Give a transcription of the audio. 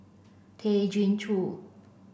Tay Chin Joo